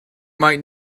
might